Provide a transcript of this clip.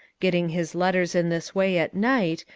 getting his letters in this way at night,